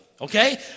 Okay